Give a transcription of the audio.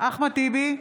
אחמד טיבי,